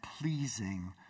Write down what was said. pleasing